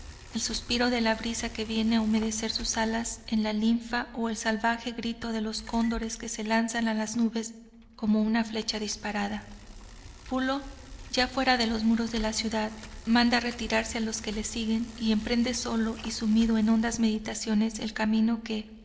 el suspiro de la brisa que viene a humedecer sus alas en la linfa o el salvaje grito de los cóndores que se lanzan a las nubes como una flecha disparada pulo ya fuera de los muros de la ciudad manda retirarse a los que le siguen y emprende solo y sumido en hondas meditaciones el camino que